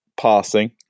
passing